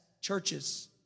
churches